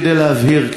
כדי להבהיר,